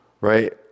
right